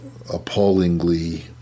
appallingly